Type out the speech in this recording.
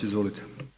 Izvolite.